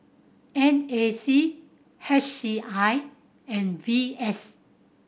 N A C H C I and V S